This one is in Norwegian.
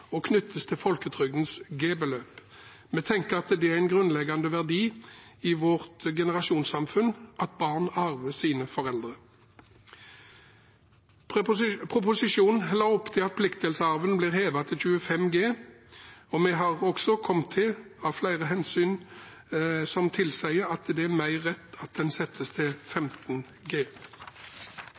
og knyttes til folketrygdens G-beløp. Vi tenker at det er en grunnleggende verdi i vårt generasjonssamfunn at barn arver sine foreldre. Proposisjonen la opp til at pliktdelsarven ble hevet til 25 G. Vi har kommet til at flere hensyn tilsier at det er mer riktig at den settes til 15 G.